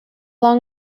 long